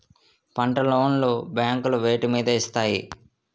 పంట లోన్ లు బ్యాంకులు వేటి మీద ఇస్తాయి?